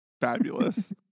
fabulous